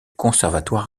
conservatoire